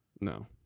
no